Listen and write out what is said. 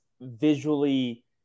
visually